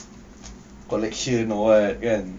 collection or what kan